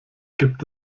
gibt